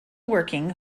working